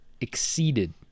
exceeded